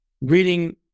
reading